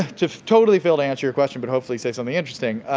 to totally fail to answer your question, but hopefully say something interesting,